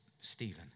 Stephen